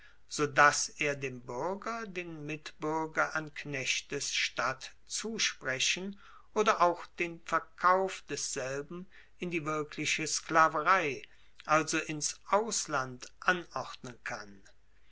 dass er dem buerger den mitbuerger an knechtes statt zusprechen oder auch den verkauf desselben in die wirkliche sklaverei also ins ausland anordnen kann